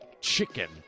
chicken